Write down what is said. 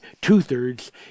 two-thirds